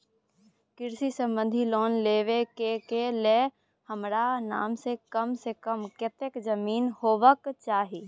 कृषि संबंधी लोन लेबै के के लेल हमरा नाम से कम से कम कत्ते जमीन होबाक चाही?